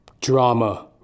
drama